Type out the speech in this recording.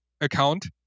account